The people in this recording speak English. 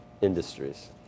industries